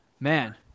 Man